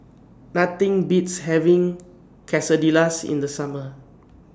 Nothing Beats having Quesadillas in The Summer